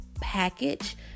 package